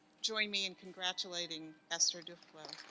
join me in congratulating esther duflo.